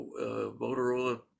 Motorola